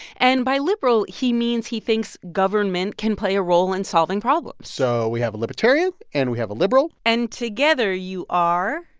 and by liberal, he means he thinks government can play a role in solving problems so we have a libertarian, and we have a liberal and together you are.